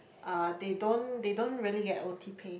uh they don't they don't really get O_T pay